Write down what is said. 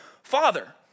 Father